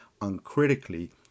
uncritically